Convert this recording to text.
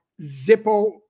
Zippo